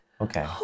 Okay